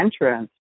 entrance